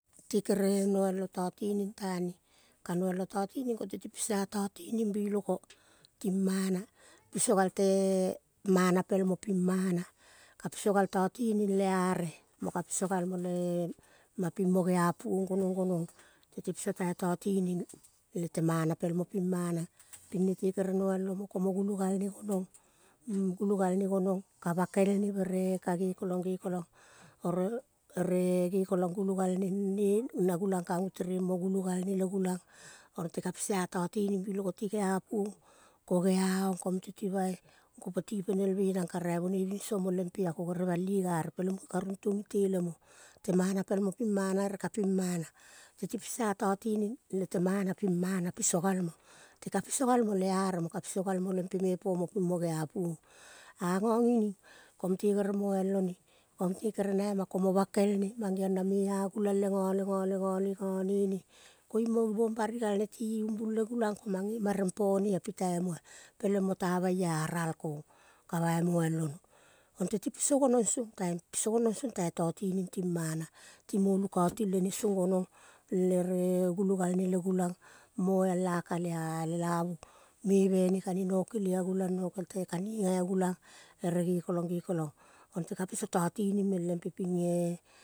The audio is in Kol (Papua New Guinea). Te kere noialo tatining tane. Ka noialo tatining konteti piso a totining bikolo timana. Piso gal te mana pelmo pimana. Ka piso gal tatinging le are mo ka piso galmu lema pimo geapuong gonong, gonong. Nete piso tai tatining le te mana pel mo pi. Mana pi nete kere noial omo komo gulo galne gonong. Gule galne gonong. Ka bakelne bere ka ge gulang kango tereng mo gulo galne le gulang. Oro te ka piso a tatining biloko ti geapuong, ko geanong, ko geaong, ko mute ti bai gopo ti penelve nang ka raivonoi binso mo lempea ko gerel bali gare peleng munge ka runtong itele mo. Temana pelmo pi mana ere kapimana teti piso a tatininig lete mana pimana piso galmo. Te ka piso galmo le are mo ka piso galmo lempene pomo pimo geapuong. Anga ngining ko mute gerel moial one ko mute kere naima komo bakel ne mang geong na me agulang lenga, lenga, lenga, lengane ne koiung mo givong bari galne ti umbul le gulang ko mange moial ono. Konteti piso gonong song taimp. Piso gonong song tai tatining timana. Timo lukauti lene song gonong song tai tatining timana. Timo lukauti lene song gonong le ore gulo galne le gulang moal akale alelavu meve ne kane nokele a gulang. Nokel te kaninga agulang ere gekelang, gekelang. Konte ka piso tatining meng lempe pinge.